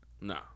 No